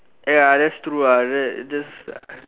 ya that's true ah that that's